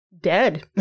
dead